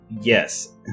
yes